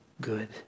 good